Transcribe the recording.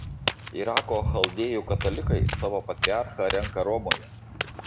irako chaldėjų katalikai savo patriarchą renka romoje